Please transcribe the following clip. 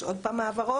יש עוד פעם העברות,